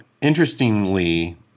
interestingly